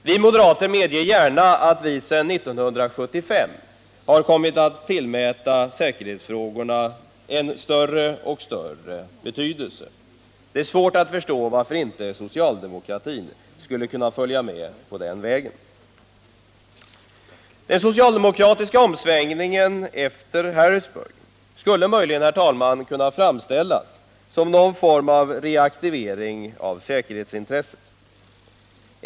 Vi moderater medger gärna att vi sedan 1975 har kommit att tillmäta säkerhetsfrågorna allt större betydelse. Det är svårt att förstå varför socialdemokratin inte kan följa med på den vägen. möjligen, herr talman, kunna framställas som någon form av reaktivering av säkerhetsintresset.